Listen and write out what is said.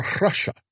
Russia